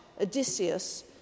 Odysseus